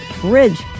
Bridge